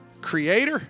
creator